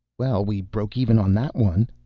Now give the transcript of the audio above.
well, we broke even on that one.